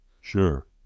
Sure